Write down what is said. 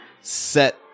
set